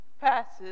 passes